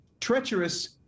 treacherous